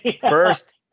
First